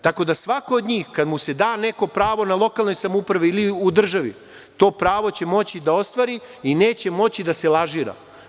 Tako da svako od njih, kad mu se da neko pravo na lokalnoj samoupravi ili u državi, to pravo će moći da ostvari i neće moći da se lažira.